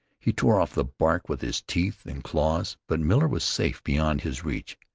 he tore off the bark with his teeth and claws but miller was safe beyond his reach.